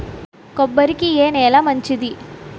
కొబ్బరి కి ఏ నేల మంచిది?